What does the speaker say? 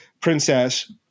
princess